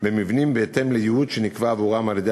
במבנים בהתאם לייעוד שנקבע עבורם על-ידי